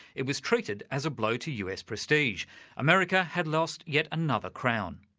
it was treated as a blow to us prestige america had lost year another crown.